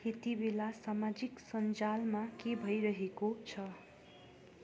यति बेला सामाजिक सञ्जालमा के भइरहेको छ